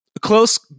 Close